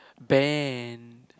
band